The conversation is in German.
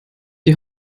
die